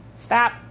Stop